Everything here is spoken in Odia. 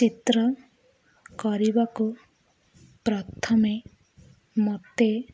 ଚିତ୍ର କରିବାକୁ ପ୍ରଥମେ ମୋତେ